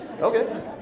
Okay